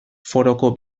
foroko